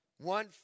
One